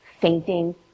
Fainting